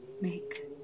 make